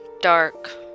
dark